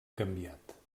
canviat